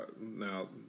Now